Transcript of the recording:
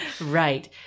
right